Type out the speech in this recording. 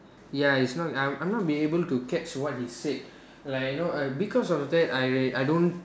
ya it's not I I not be able to catch what he said like you know uh because of that I I don't